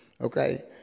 Okay